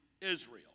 Israel